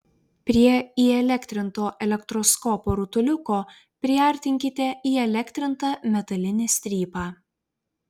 prie įelektrinto elektroskopo rutuliuko priartinkite įelektrintą metalinį strypą